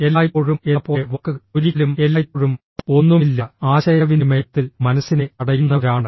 എല്ലായ്പ്പോഴും എന്നപോലെ വാക്കുകൾ ഒരിക്കലും എല്ലായ്പ്പോഴും ഒന്നുമില്ല ആശയവിനിമയത്തിൽ മനസ്സിനെ തടയുന്നവരാണ്